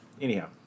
Anyhow